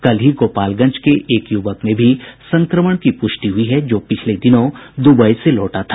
कल ही गोपालगंज के एक युवक में भी संक्रमण की पुष्टि हुयी है जो पिछले दिनों दुबई से लौटा था